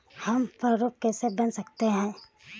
हम प्रारूप कैसे बना सकते हैं?